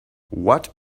what